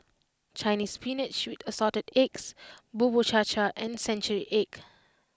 Chinese Spinach with Assorted Eggs Bubur Cha Cha and Century Egg